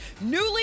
Newly